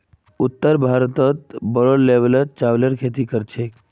उत्तर भारतत बोरो लेवलत चावलेर खेती कर छेक